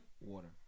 Water